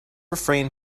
refrain